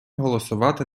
голосувати